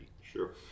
Sure